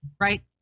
right